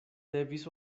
devis